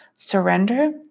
Surrender